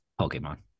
Pokemon